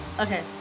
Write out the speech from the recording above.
Okay